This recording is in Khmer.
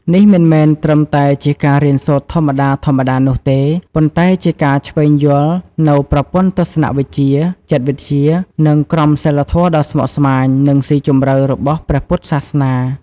នេះមិនមែនត្រឹមតែជាការរៀនសូត្រធម្មតាៗនោះទេ ប៉ុន្តែជាការឈ្វេងយល់នូវប្រព័ន្ធទស្សនវិជ្ជា ចិត្តវិទ្យា និងក្រមសីលធម៌ដ៏ស្មុគស្មាញ និងស៊ីជម្រៅរបស់ព្រះពុទ្ធសាសនា។